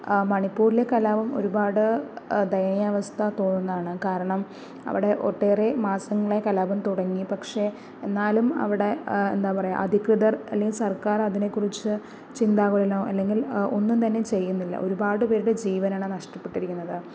മണിപ്പൂരിലെ കലാപം ഒരുപാട് ദയാനീയാവസ്ഥ തോന്നുകയാണ് കാരണം അവിടെ ഒട്ടേറെ മാസങ്ങളായി കലാപം തുടങ്ങി പക്ഷെ എന്നാലും അവിടെ എന്താ പറയുക അധികൃതർ അല്ലെങ്കിൽ സർക്കാർ അതിനെക്കുറിച്ച് ചിന്താകുലനോ അല്ലെങ്കിൽ ഒന്നും തന്നെ ചെയ്യുന്നില്ല ഒരുപാട് പേരുടെ ജീവനാണ് നഷ്ട്ടപ്പെട്ടിരിക്കുന്നത്